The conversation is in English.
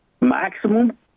maximum